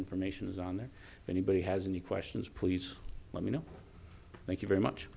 information is on there anybody has any questions please let me know thank you very much